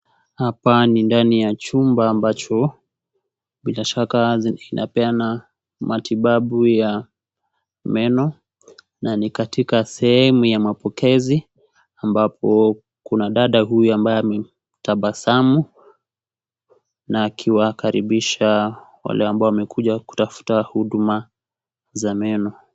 Hapa ni ndani ya chumba ambacho bila shaka zinapeana matibabu ya meno na ni katika sehemu ya mapokezi ambapo kuna dada huyu ambaye ametabasamu na akiwakaribisha wale ambao wamekuja kutafuta huduma za meno.